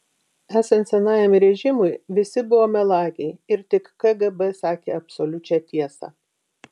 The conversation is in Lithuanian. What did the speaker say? esant senajam režimui visi buvo melagiai ir tik kgb sakė absoliučią tiesą